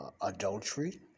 adultery